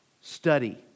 Study